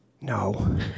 No